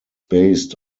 based